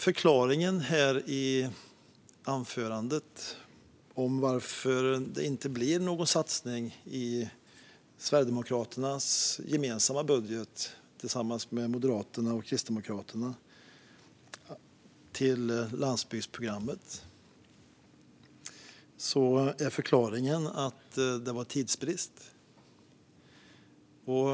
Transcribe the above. Förklaringen i anförandet till att det inte blir någon satsning på landsbygdsprogrammet i Sverigedemokraternas, Moderaternas och Kristdemokraternas gemensamma budget var att det var tidsbrist.